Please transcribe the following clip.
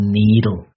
needle